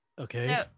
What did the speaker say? Okay